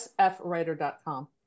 sfwriter.com